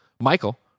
Michael